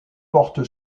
porte